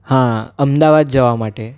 હા અમદાવાદ જવા માટે